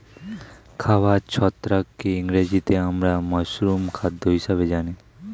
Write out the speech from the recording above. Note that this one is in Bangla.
খাবার ছত্রাককে ইংরেজিতে আমরা মাশরুম খাদ্য হিসেবে জানি